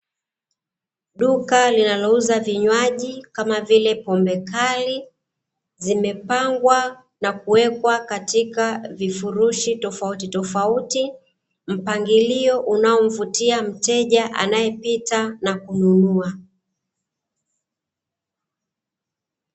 Duka linalouza vinywaji kama vile pombe kali zimepangwa na kuwekwa katika vifurushi tofautitofauti, mpangilio unaomvutia mteja anayepita na kununua.